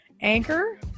Anchor